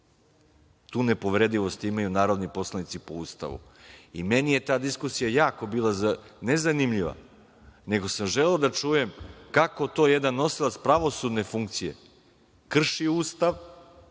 Tu nepovredivost imaju narodni poslanici po Ustavu. Meni je ta diskusija jako bila, ne zanimljiva, nego sam želeo da čujem kako to jedan nosilac pravosudne funkcije krši Ustav,